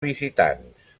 visitants